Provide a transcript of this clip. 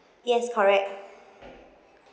yes correct